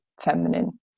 feminine